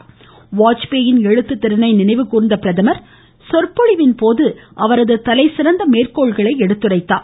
அவருடைய எழுத்து திறனை நினைவுகூர்ந்த பிரதமர் சொற்பொழிவின் போது அவரது தலைசிறந்த மேற்கோள்களை எடுத்துரைத்தார்